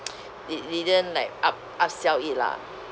did~ didn't like up~ upsell it lah